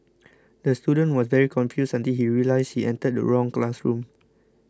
the student was very confused until he realised he entered the wrong classroom